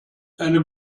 eine